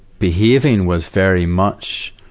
behaving, was very much